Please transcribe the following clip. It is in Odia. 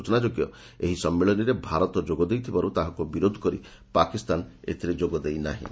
ସୂଚନାଯୋଗ୍ୟ ଯେ ଏହି ସମ୍ମିଳନୀରେ ଭାରତ ଯୋଗ ଦେଇଥିବାରୁ ତାହାକୁ ବିରୋଧ କରି ପାକିସ୍ତାନ ଏଥିରେ ଯୋଗ ଦେଇନାହିଁ